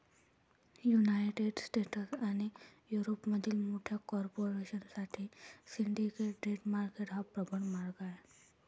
United States आणि युरोपमधील मोठ्या कॉर्पोरेशन साठी सिंडिकेट डेट मार्केट हा प्रबळ मार्ग आहे